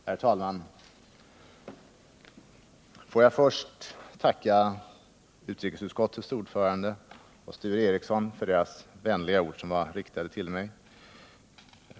Herr talman! Får jag först tacka utrikesutskottets ordförande och Sture Ericson för de vänliga ord som de riktade till mig.